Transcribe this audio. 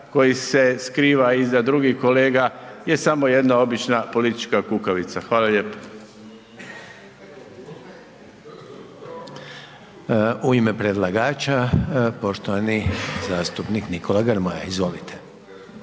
koji se skriva iza drugih kolega je samo jedna obična politička kukavica. Hvala lijepa. **Reiner, Željko (HDZ)** U ime predlagača, poštovani zastupnik Nikola Grmoja, izvolite.